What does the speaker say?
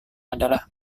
adalah